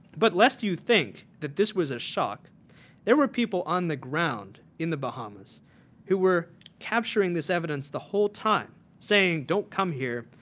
but lest you think that this was a shock there were people on the ground in the bahamas who were capturing this evidence the whole time saying, don't come here,